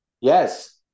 Yes